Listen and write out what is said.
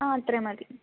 ആ അത്രയും മതി